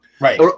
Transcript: Right